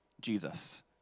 Jesus